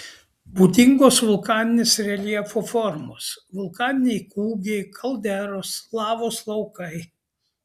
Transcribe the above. būdingos vulkaninės reljefo formos vulkaniniai kūgiai kalderos lavos laukai